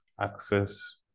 access